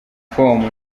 com